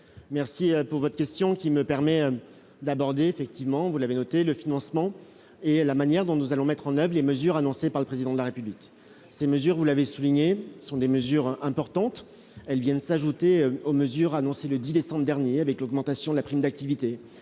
merci pour votre question qui me permet d'aborder, effectivement, vous l'avez noté le financement et la manière dont nous allons mettre en oeuvre les mesures annoncées par le président de la République, ces mesures, vous l'avez souligné ce sont des mesures importantes, elles viennent s'ajouter aux mesures annoncées le 10 décembre dernier avec l'augmentation de la prime d'activité